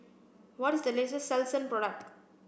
what is the latest Selsun product